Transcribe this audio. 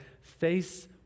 face